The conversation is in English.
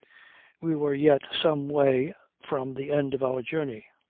we were yet some way from the end of our journey.